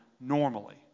normally